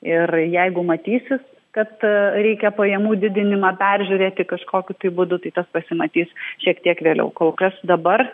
ir jeigu matysis kad reikia pajamų didinimą peržiūrėti kažkokiu tai būdu tai tas pasimatys šiek tiek vėliau kol kas dabar